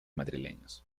madrileños